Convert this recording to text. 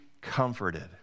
comforted